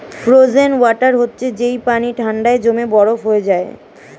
frozen water হচ্ছে যেই পানি ঠান্ডায় জমে বরফ হয়ে যায়